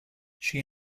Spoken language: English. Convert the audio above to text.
she